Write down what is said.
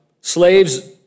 Slaves